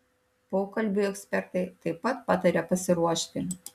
pokalbiui ekspertai taip pat pataria pasiruošti